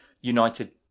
United